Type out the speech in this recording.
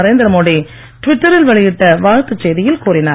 நரேந்திர மோடி ட்விட்டரில் வெளியிட்ட வாழ்த்து செய்தியில் கூறினார்